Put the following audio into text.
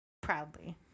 proudly